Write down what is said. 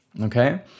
Okay